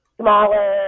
smaller